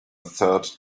third